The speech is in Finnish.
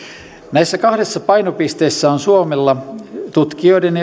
näissä kahdessa painopisteessä on suomella tutkijoiden